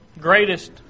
greatest